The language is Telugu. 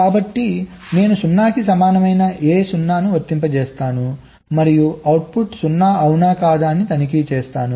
కాబట్టి నేను 0 కి సమానమైన A0 ను వర్తింపజేస్తాను మరియు అవుట్పుట్ 0 అవునా కాదా అని తనిఖీ చేస్తాను